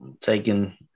taking